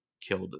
killed